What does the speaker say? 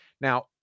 now